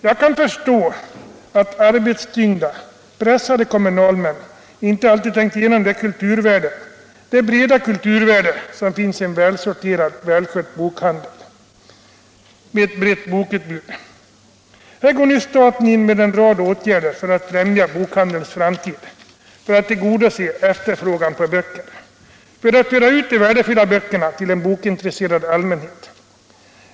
Jag kan förstå att arbetstyngda, pressade kommunalmän inte alltid tänker på vilket kulturvärde, det breda kulturvärde, som finns i en välsorterad, välskött bokhandel, med ett brett bokutbud. Här går nu staten in med en rad åtgärder för att främja bokhandelns framtid, för att tillgodose efterfrågan på böcker och för att föra ut de värdefulla böckerna till en bokintresserad allmänhet.